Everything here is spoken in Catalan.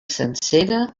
sencera